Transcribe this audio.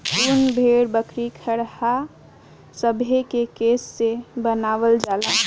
उन भेड़, बकरी, खरहा सभे के केश से बनावल जाला